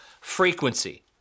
frequency